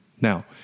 Now